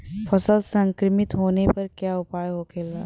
फसल संक्रमित होने पर क्या उपाय होखेला?